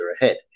ahead